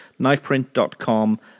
KnifePrint.com